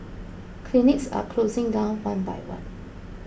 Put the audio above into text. clinics are closing down one by one